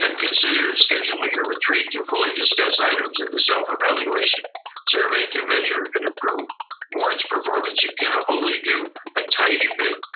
and consider scheduling a retreat to fully discuss items in the self evaluation survey to measure and improve or its performance. you can only do a tiny bit,